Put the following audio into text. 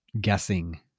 guessing